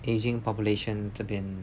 ageing population 这边